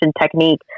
technique